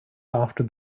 after